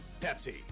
Pepsi